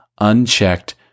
unchecked